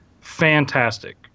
fantastic